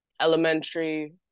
elementary